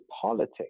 politics